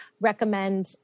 recommend